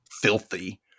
filthy